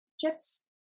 chips